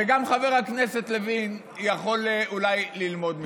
גם חבר הכנסת לוין יכול אולי ללמוד מזה.